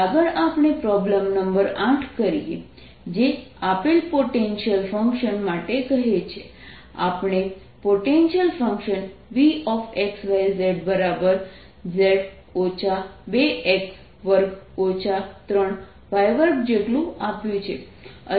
ચાલો આગળ આપણે પ્રોબ્લેમ નંબર 8 કરીએ જે આપેલ પોટેન્શિયલ ફંકશન માટે કહે છે આપણે potential function Vxyzz 2x2 3y2 જેટલું આપ્યું છે